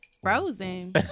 Frozen